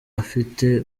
afite